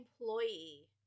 employee